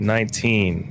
Nineteen